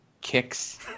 Kicks